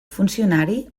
funcionari